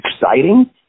exciting